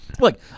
look